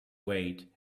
weight